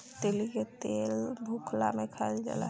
तीली के तेल भुखला में खाइल जाला